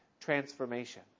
transformation